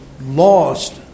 lost